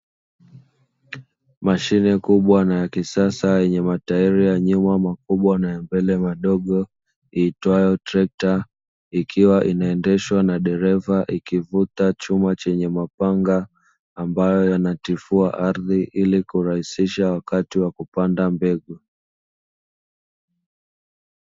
Mashine kubwa na ya kisasa yenye matairi ya nyuma makubwa na ya mbele madogo iitwayo trekta, ikiwa inaendeshwa na dereva ikivuta chuma chenye mapanga ambayo yanatifua ardhi ili kurahisisha wakati wa kupanda mbegu.